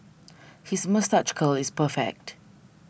his moustache curl is perfect